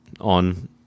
on